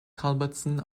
culbertson